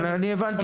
אני הבנתי.